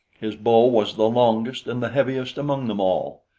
his bow was the longest and the heaviest among them all.